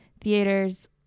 theaters